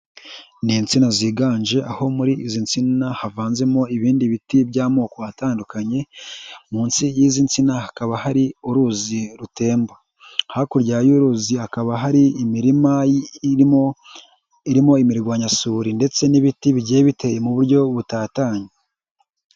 Ni insina ziganje, aho muri izi nsina havanzemo ibindi biti by'amoko atandukanye, munsi y'izi nsina hakaba hari uruzi rutemba. Hakurya y'uruzi hakaba hari imirima irimo, irimo imirwanyasuri ndetse n'ibiti bigiye biteye mu buryo butatanye.